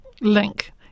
link